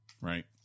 right